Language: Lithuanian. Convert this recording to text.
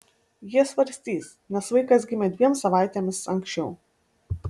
jie svarstys nes vaikas gimė dviem savaitėmis anksčiau